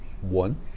one